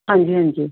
ਹਾਂਜੀ ਹਾਂਜੀ